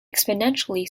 exponentially